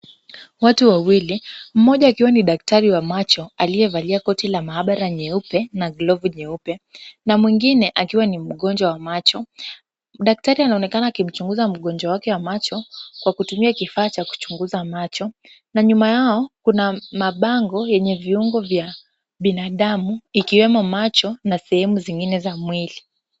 Watu wawili moja akiwa ni daktari wa macho aliyevalia koti la mahabara nyeupe na glovu nyeupe na mwingine akiwa ni mgonjwa wa macho. Daktari anaonekana akimchunguza mgonjwa wake wa macho, kwa kutumia kifaa cha kuchunguza macho na nyuma yao kuna mabango yenye viuongo vya binadamu ikiwemo macho na sehemu zingine za mwili.